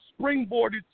springboarded